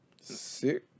six